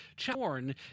Chorn